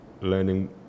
learning